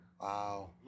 Wow